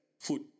Food